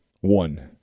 One